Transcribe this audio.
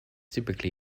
typically